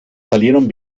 salieron